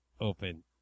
open